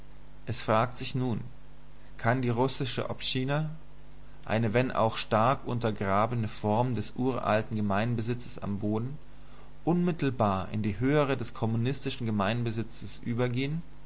es fragt sich nun kann die russische obschtschina eine wenn auch stark untergrabene form des uralten gemeinbesitzes am boden unmittelbar in die höhere des kommunistischen gemeinbesitzes übergehn